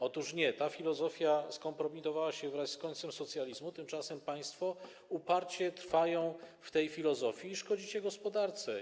Otóż nie, ta filozofia skompromitowała się wraz z końcem socjalizmu, tymczasem państwo uparcie trwają w tej filozofii i szkodzą gospodarce.